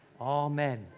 Amen